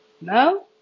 No